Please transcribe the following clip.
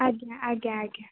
ଆଜ୍ଞା ଆଜ୍ଞା ଆଜ୍ଞା